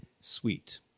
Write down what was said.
sweet